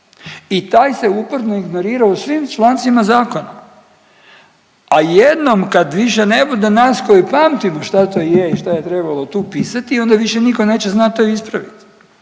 i taj se uporno ignorira u svim člancima zakona, a jednom kad više ne bude nas koji pamtimo šta to je i šta je trebalo tu pisati, onda više nitko neće znat to ispravit.